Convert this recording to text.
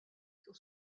sur